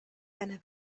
einer